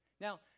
Now